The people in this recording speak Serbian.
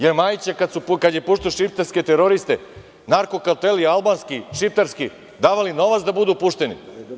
Jel su Majiću kad je puštao šiptarske teroriste narko karteli albanski, šiptarski, davali novac da budu pušteni?